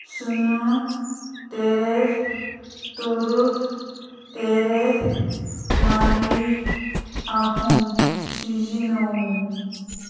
ꯁꯤꯅꯣ ꯇꯔꯦꯠ ꯇꯔꯨꯛ ꯇꯔꯦꯠ ꯃꯔꯤ ꯑꯍꯨꯝ ꯁꯤꯖꯤꯟꯅꯧ